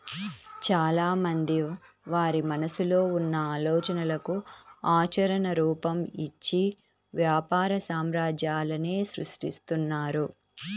చాలామంది వారి మనసులో ఉన్న ఆలోచనలకు ఆచరణ రూపం, ఇచ్చి వ్యాపార సామ్రాజ్యాలనే సృష్టిస్తున్నారు